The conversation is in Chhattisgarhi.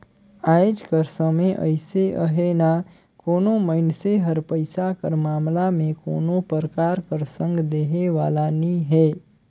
आएज कर समे अइसे अहे ना कोनो मइनसे हर पइसा कर मामला में कोनो परकार कर संग देहे वाला नी हे